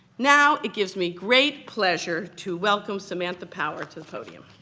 now, it gives me great pleasure to welcome samantha power to the podium.